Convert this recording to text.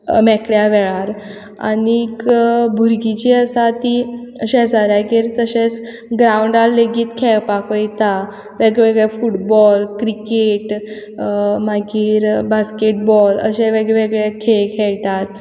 मेकळ्या वेळार आनीक भुरगीं जीं आसा तीं शेजाऱ्यागेर तशेंच ग्रावंडार लेगीत खेळपाक वयता वेगळेवेगळे फुटबॉल क्रिकेट मागीर बास्केटबॉल अशें वेगवेगळे खेळ खेयटात